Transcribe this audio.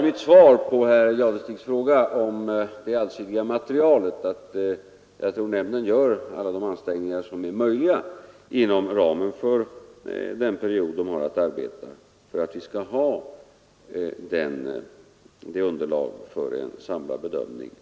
Mitt svar på herr Jadestigs fråga om det allsidiga materialet är, att jag tror att nämnden gör alla de ansträngningar som är möjliga inom ramen för den period inom vilken den har att arbeta för att vi skall få det önskvärda underlaget för en samlad bedömning.